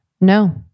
no